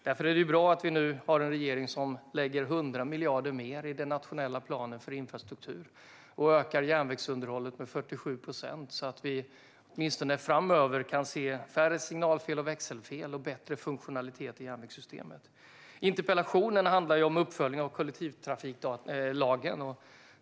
Därför är det bra att vi nu har en regering som lägger 100 miljarder mer i den nationella planen för infrastruktur och som ökar järnvägsunderhållet med 47 procent, så att vi åtminstone framöver kan se färre signalfel och växelfel och få bättre funktionalitet i järnvägssystemet. Interpellationen handlar om uppföljning av kollektivtrafiklagen.